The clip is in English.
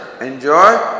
enjoy